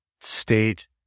state